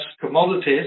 commodities